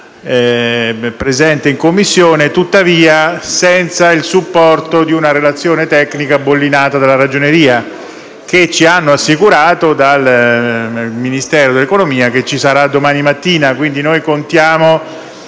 presente in Commissione, senza tuttavia il supporto di una relazione tecnica bollinata dalla Ragioneria che – ci hanno assicurato dal Ministero dell’economia – ci sara` domattina. Pertanto contiamo